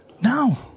No